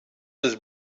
his